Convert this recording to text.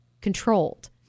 controlled